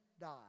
die